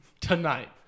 Tonight